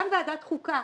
גם ועדת החוקה,